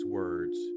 words